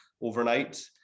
overnight